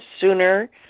sooner